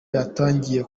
yatangiye